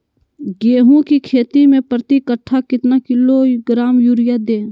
गेंहू की खेती में प्रति कट्ठा कितना किलोग्राम युरिया दे?